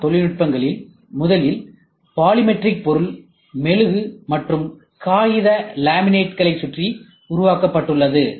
M தொழில்நுட்பங்கள் முதலில் polymeric பொருள் மெழுகு மற்றும் காகித லேமினேட்டுகளைச் சுற்றி உருவாக்கப்பட்டது